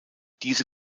diese